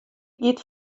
giet